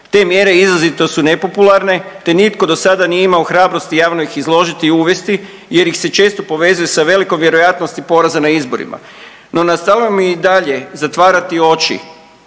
Te mjere izrazito su nepopularne, te nitko dosada nije imao hrabrosti javno ih izložiti i uvesti jer ih se često povezuje sa velikom vjerojatnosti poraza na izborima. No nastavljamo i dalje zatvarati oči